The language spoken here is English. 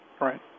Right